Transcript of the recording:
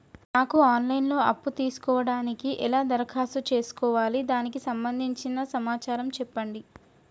నాకు online లో అప్పు తీసుకోవడానికి ఎలా దరఖాస్తు చేసుకోవాలి దానికి సంబంధించిన సమాచారం చెప్పండి?